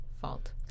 fault